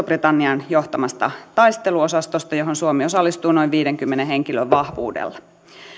britannian johtamasta taisteluosastosta johon suomi osallistuu noin viidenkymmenen henkilön vahvuudella